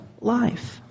life